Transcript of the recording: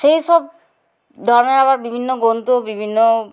সেই সব ধরনের আবার বিভিন্ন বন্ধু বিভিন্ন